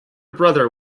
brother